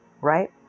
right